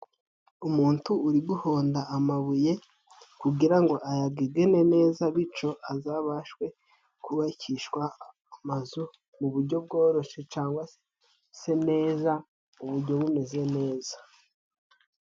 Umuntu uriguhonda amabuye kugira ngo ayagegene neza bico azabashwe kubakishwa amazu mu bujyo bworoshe, cangwa se se neza ubujyo bumeze neza.